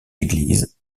église